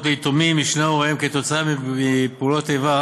ליתומים משני הוריהם כתוצאה מפעולות איבה